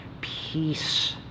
Peace